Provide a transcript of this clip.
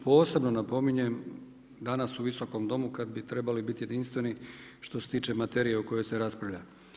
Posebno napominjem danas u Visokom domu kada bi trebali biti jedinstveni što se tiče materije o kojoj se raspravlja.